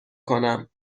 کنم